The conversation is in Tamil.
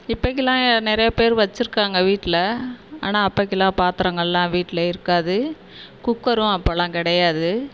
இப்பைக்கிலாம் நிறைய பேர் வச்சுருக்காங்க வீட்டில் ஆனால் அப்பைக்கிலாம் பாத்திரங்கள்லாம் வீட்டில் இருக்காது குக்கரும் அப்போல்லாம் கிடையாது